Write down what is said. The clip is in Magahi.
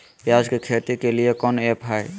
प्याज के खेती के लिए कौन ऐप हाय?